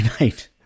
night